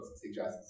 suggests